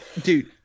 dude